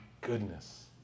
goodness